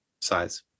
size